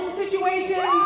situation